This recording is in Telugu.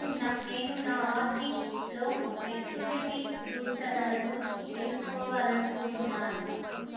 నేను నా ఆర్.డీ లో మెచ్యూరిటీ సూచనలను తెలుసుకోవాలనుకుంటున్నాను